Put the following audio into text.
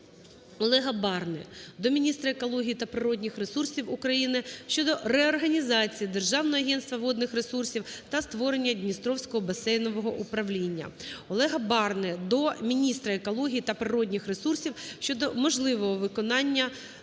Олега Барни до міністра екології та природних ресурсів України щодо реорганізації Державного агентства водних ресурсів та створення Дністровського басейнового управління. Олега Барни до міністра екології та природних ресурсів щодо можливого виконання